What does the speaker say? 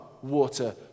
water